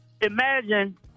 imagine